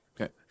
Okay